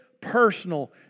personal